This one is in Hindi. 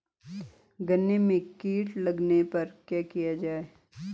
गन्ने में कीट लगने पर क्या किया जाये?